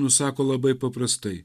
nusako labai paprastai